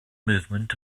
movement